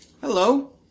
Hello